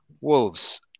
Wolves